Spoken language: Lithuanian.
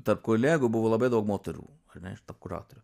tarp kolegų buvo labai daug moterų ar ne tarp kuratorių